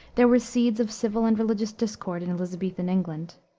there were seeds of civil and religious discord in elisabethan england.